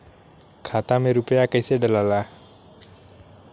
खाता में रूपया कैसे डालाला?